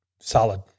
solid